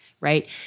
right